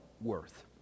worth